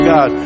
God